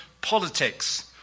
politics